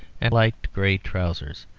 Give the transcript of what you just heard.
and light grey trousers,